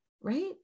right